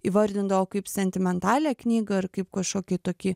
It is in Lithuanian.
įvardindavo kaip sentimentalią knygą ar kaip kažkokį tokį